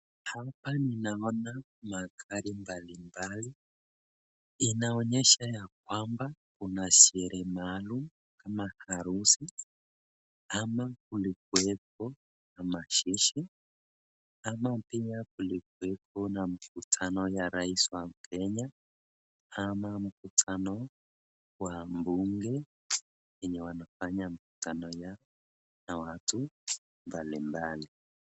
Hapa ninaona magari mbali mbali. Inaonyesha ya kwamba kuna sherehe maalum kama harusi ama kulikuweko na mazishi ama pia kulikuweko na mkutano wa rais wa Kenya ama mkutano wa mbunge venye wanafanya mkutano yao na watu mbali mbali.